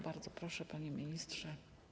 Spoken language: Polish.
Bardzo proszę, panie ministrze.